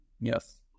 Yes